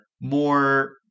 more